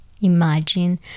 imagine